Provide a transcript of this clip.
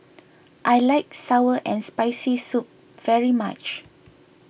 I like Sour and Spicy Soup very much